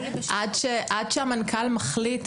עד שהמנכ"ל מחליט,